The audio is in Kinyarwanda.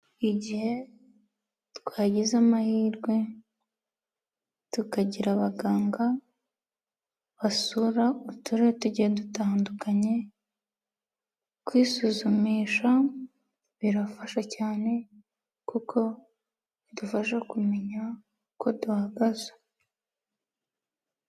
Igihe twagize amahirwe, tukagira abaganga, basura uturere tugiye dutandukanye, kwisuzumisha birafasha cyane, kuko bidufasha kumenya uko duhagaze.